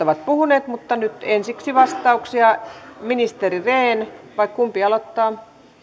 ovat puhuneet mutta nyt ensiksi vastauksia ministeri rehn vai kumpi aloittaa